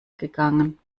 gegangen